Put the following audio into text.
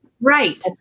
Right